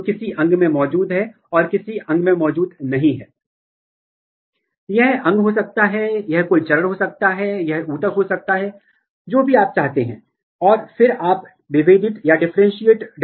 ये सभी डेटा जो पहले से ही प्रकाशित हैं या डेटाबेस में इन सभी डेटाबेस को पुनः प्राप्त किया जा सकता है और बहुत सारे अभिव्यक्ति विश्लेषण किए जा सकते हैं